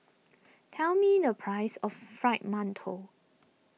tell me the price of Fried Mantou